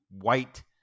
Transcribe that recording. white